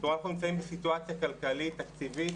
אנחנו נמצאים בסיטואציה כלכלית תקציבית